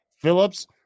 Phillips